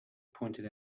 pointed